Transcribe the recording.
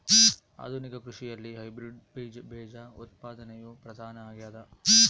ಆಧುನಿಕ ಕೃಷಿಯಲ್ಲಿ ಹೈಬ್ರಿಡ್ ಬೇಜ ಉತ್ಪಾದನೆಯು ಪ್ರಧಾನ ಆಗ್ಯದ